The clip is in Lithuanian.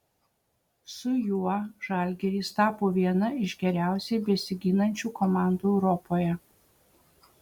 su juo žalgiris tapo viena iš geriausiai besiginančių komandų europoje